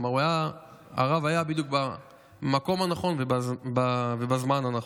כלומר, הרב היה בדיוק במקום הנכון ובזמן הנכון.